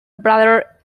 brother